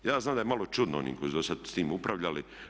Ja znam da je malo čudno onim koji su dosad s tim upravljali.